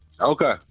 Okay